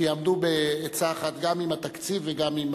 שיעמדו בעצה אחת גם עם התקציב וגם עם